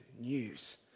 news